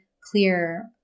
clear